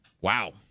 Wow